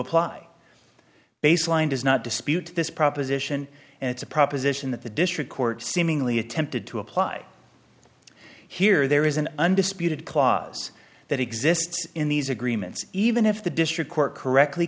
apply baseline does not dispute this proposition and it's a proposition that the district court seemingly attempted to apply here there is an undisputed clause that exists in these agreements even if the district court correctly